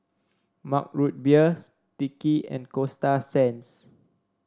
Mug Root Beer Sticky and Coasta Sands